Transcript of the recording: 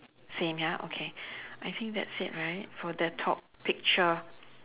same ya okay I think that's it right for the top picture